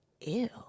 ew